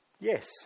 Yes